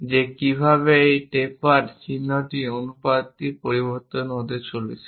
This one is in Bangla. যে কীভাবে এই টেপার চিহ্ন অনুপাতটি পরিবর্তন হতে চলেছে